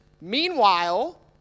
Meanwhile